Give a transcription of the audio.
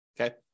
Okay